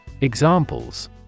Examples